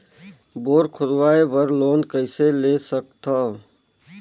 Bore खोदवाय बर loan कइसे ले सकथव?